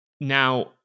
Now